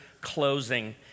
closing